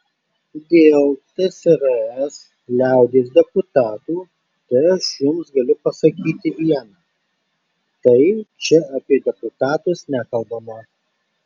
dėl tsrs liaudies deputatų tai aš jums galiu pasakyti viena tai čia apie deputatus nekalbama